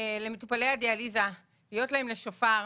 למטופלי הדיאליזה, להיות להם לשופר.